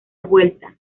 vuelta